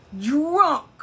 Drunk